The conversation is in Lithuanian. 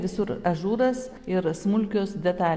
visur ažūras ir smulkios detal